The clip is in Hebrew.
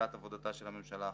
תחילת עבודתה של הממשלה החדשה.